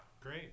Great